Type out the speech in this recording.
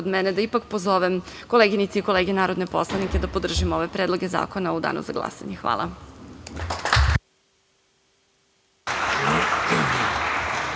ipak pozovem koleginice i kolege narodne poslanike da podržimo ove predloge zakona u danu za glasanje. Hvala.